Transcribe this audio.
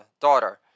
daughter